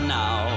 now